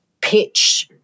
pitch